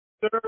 Sir